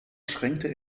schränkte